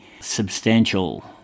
substantial